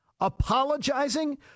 Apologizing